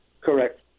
Correct